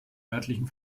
örtlichen